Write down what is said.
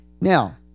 Now